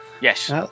Yes